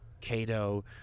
Cato